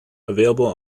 available